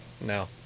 no